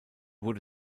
wurde